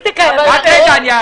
שהחלטת הממשלה הייתה לפני חצי שנה,